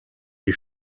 die